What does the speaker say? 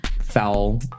foul